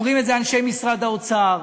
אומרים את זה אנשי משרד האוצר.